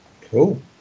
Cool